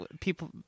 people